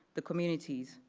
the communities,